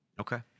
Okay